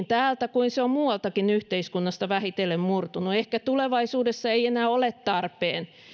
täältä niin kuin se on muualtakin yhteiskunnasta vähitellen murtunut ehkä tulevaisuudessa ei enää ole tarpeen